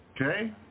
Okay